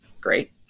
great